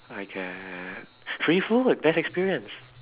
I get free food best experience